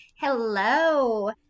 Hello